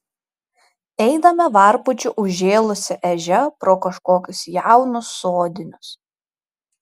einame varpučiu užžėlusia ežia pro kažkokius jaunus sodinius